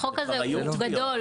החוק הזה הוא גדול,